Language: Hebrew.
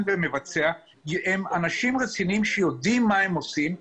ומבצע הוא ציבור של אנשים רציניים היודעים מה הם עושים,